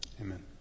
Amen